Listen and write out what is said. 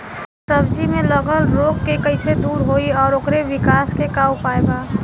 सब्जी में लगल रोग के कइसे दूर होयी और ओकरे विकास के उपाय का बा?